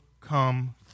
come